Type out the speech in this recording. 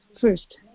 first